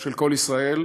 של קול ישראל,